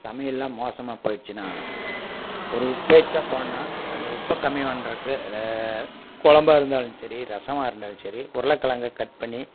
சமையலெல்லாம் மோசமாக போயிடுச்சின்னா ஒரு உப்பு எக்ச்சா போன்னா அந்த உப்பை கம்மி பண்றதுக்கு ரே குழம்பா இருந்தாலும் சரி ரசமாக இருந்தாலும் சரி உருளக்கிழங்க கட் பண்ணி